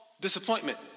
disappointment